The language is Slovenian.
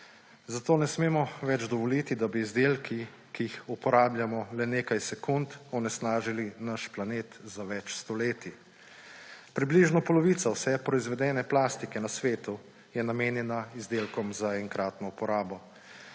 zato ne smemo več dovoliti, da bi izdelki, ki jih uporabljamo le nekaj sekund, onesnažili naš planet za več stoletij. Približno polovico vse proizvedene plastike na svetu je namenjena izdelkom za enkrat neuporabo.